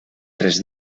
tres